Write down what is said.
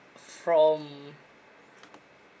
from